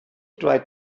tried